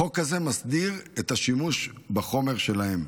החוק הזה מסדיר את השימוש בחומר שלהם,